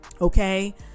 Okay